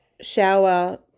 shower